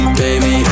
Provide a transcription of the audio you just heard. baby